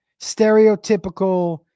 stereotypical